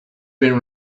been